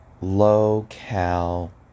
low-cal